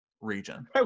region